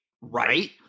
Right